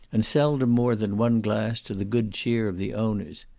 and seldom more than one glass to the good cheer of the owners,